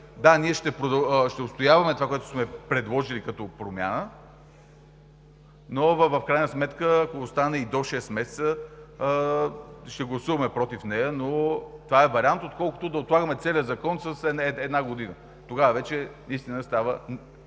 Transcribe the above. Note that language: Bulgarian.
Да, ние ще отстояваме това, което сме предложили като промяна, но в крайна сметка, ако остане и „до шест месеца“, ще гласуваме и против нея, но това е вариант, отколкото да отлагаме целия закон с една година. Тогава вече става